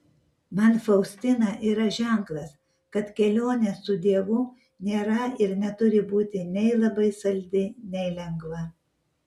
man faustina yra ženklas kad kelionė su dievu nėra ir neturi būti nei labai saldi nei lengva